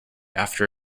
after